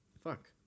Fuck